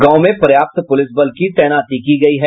गांव में पर्याप्त पुलिस बल की तैनाती की गयी है